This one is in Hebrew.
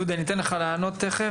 דודי אני אתן לך לענות תיכף.